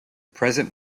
present